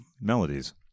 melodies